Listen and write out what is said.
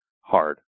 hard